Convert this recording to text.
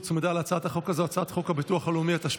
הוצמדה להצעת החוק הזו הצעת חוק הביטוח הלאומי (תיקון,